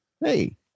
Hey